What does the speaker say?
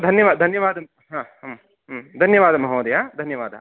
धन्यवादः धन्यवादः हा धन्यवादः महोदय धन्यवादः